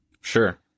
Sure